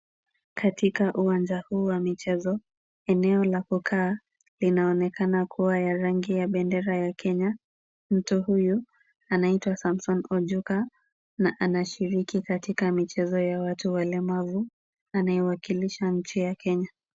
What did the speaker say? Katika uwanja huu wa michezo, eneo la kukaa linaokana kuwa ya rangi ya bendera ya Kenya. Mtu huyu anaitwa samsom Ujuka na anashiriki katika michezo ya watu walemavu. Anawakilisha nchi ya Kenya.